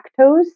lactose